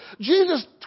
Jesus